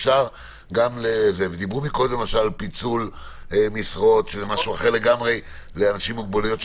דיברו קודם על פיצול משרות לאנשים עם מוגבלויות,